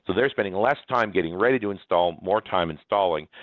they're spending less time getting ready to install, more time installing.